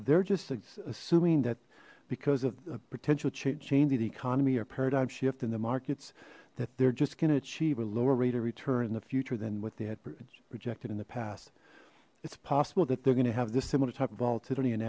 they're just assuming that because of the potential change in the economy or paradigm shift in the markets that they're just gonna achieve a lower rate of return in the future than what they had birds projected in the past it's possible that they're gonna have this similar type of volatility an